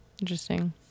Interesting